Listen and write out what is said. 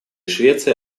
швеция